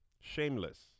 shameless